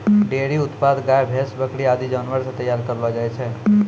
dairy उत्पाद गाय, भैंस, बकरी आदि जानवर सें तैयार करलो जाय छै